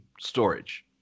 storage